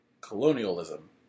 Colonialism